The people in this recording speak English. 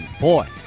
boy